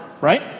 right